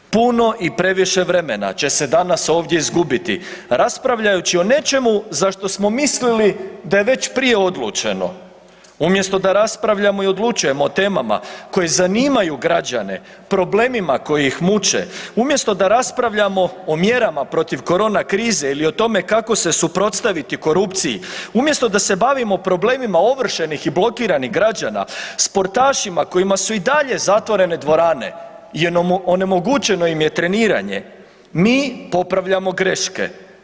Puno i previše vremena će se danas ovdje izgubiti raspravljajući o nečemu za što smo mislili da je već prije odlučeno umjesto da raspravljamo i odlučujemo o temama koje zanimaju građane, problemima koji ih muče, umjesto da raspravljamo o mjerama protiv korona krize ili o tome kako se suprotstaviti korupciji umjesto da se bavimo problemima ovršenih i blokiranih građana, sportašima kojima su i dalje zatvorene dvorane i onemogućeno im je treniranje mi popravljamo greške.